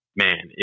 man